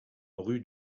rue